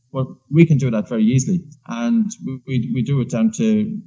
well we can do that very easily. and we we do it down to.